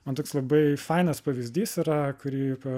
man toks labai fainas pavyzdys yra kurį pa